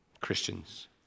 Christians